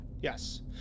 Yes